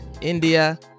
India